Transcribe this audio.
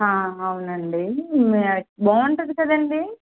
అవునండి బాగుంటుంది కదండీ